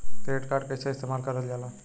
Credit card कईसे इस्तेमाल करल जाला?